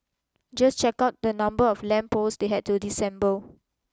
just check out the number of lamp posts they had to disassemble